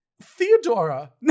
Theodora